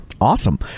awesome